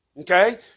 okay